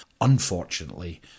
Unfortunately